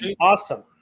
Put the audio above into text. Awesome